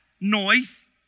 noise